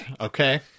okay